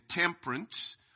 temperance